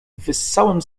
wyssałam